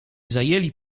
zajęli